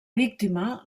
víctima